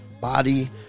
body